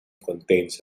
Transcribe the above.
contains